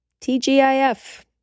TGIF